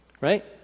right